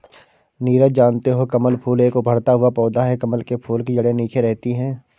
नीरज जानते हो कमल फूल एक उभरता हुआ पौधा है कमल के फूल की जड़े नीचे रहती है